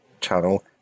channel